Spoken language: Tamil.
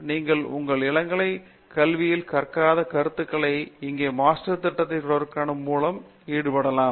நீங்கள் உங்கள் இளங்கலை கல்வியில் கற்காத கருத்துக்களை இங்கு மாஸ்டர் திட்டத்தை தொடருவதன் மூலம் ஈடு செய்யலாம்